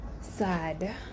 sad